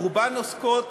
רובן עוסקות